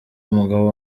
umugabo